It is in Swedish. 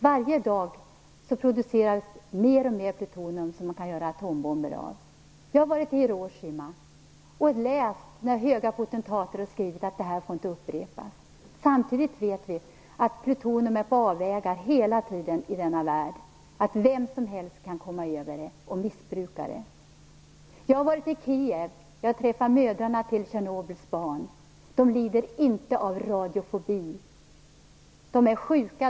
Varje dag produceras mer och mer plutonium som man kan göra atombomber av. Jag har varit i Hiroshima och läst det höga potentater har skrivit om att detta inte får upprepas. Samtidigt vet vi att plutonium är på avvägar hela tiden i denna värld. Vem som helst kan komma över det och missbruka det. Jag har varit i Kiev och träffat mödrarna till Tjernobyls barn. De lider inte av radiofobi. De är sjuka.